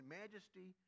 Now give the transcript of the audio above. majesty